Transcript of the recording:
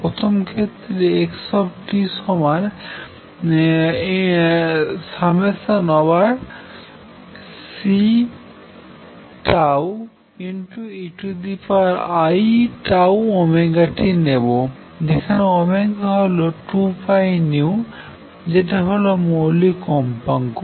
প্রথম ক্ষেত্রে x সমান ∑Ceiτωtনেব যেখানে হল 2πযেটা হল মৌলিক কম্পাঙ্ক